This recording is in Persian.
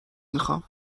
میخام